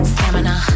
Stamina